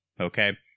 okay